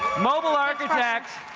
mobile architect,